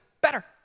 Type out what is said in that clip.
Better